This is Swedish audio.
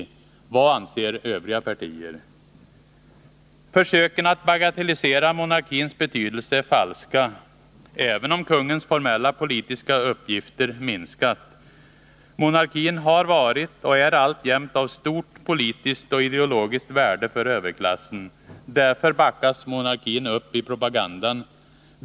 Vad anser övriga partier? Försöken att bagatellisera monarkins betydelse är falska, även om kungens formella politiska uppgifter minskats. Monarkin har varit och är alltjämt av stort politiskt och ideologiskt värde för överklassen. Därför backas monarkin upp i propagandan.